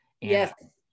Yes